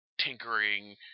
tinkering